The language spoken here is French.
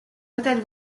autel